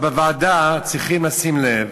אבל בוועדה צריכים לשים לב: